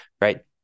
right